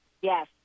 Yes